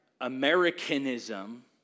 Americanism